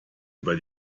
über